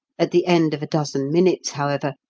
at the end of a dozen minutes, however,